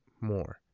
more